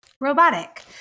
robotic